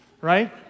Right